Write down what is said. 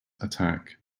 attack